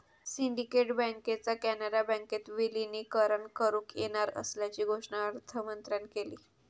syndicate बँकेचा कॅनरा बँकेत विलीनीकरण करुक येणार असल्याची घोषणा अर्थमंत्र्यांन केली